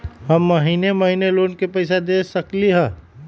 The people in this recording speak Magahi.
हम महिने महिने लोन के पैसा दे सकली ह?